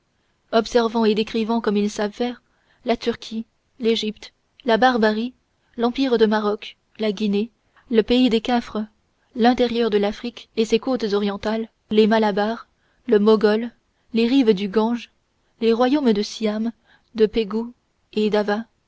observant et décrivant comme ils savent faire la turquie l'égypte la barbarie l'empire de maroc la guinée le pays des cafres l'intérieur de l'afrique et ses côtes orientales les malabares le mogol les rives du gange les royaumes de siam de pegu et d'ava